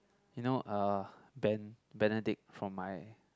you know uh Ben~ Benedict from my